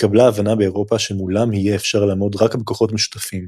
התקבלה ההבנה באירופה שמולם יהיה אפשר לעמוד רק בכוחות משותפים.